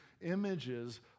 images